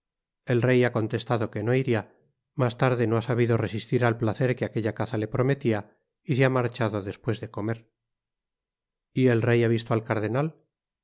el rey ha contestado que no iria mas tarde no ha sabido resistir al placer que aquella caza le prometia y se ha marchado despues de comer y el rey ha visto al cardenal